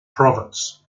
province